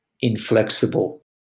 inflexible